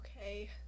okay